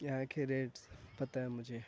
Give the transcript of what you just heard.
یہاں کے ریٹس پتا ہیں مجھے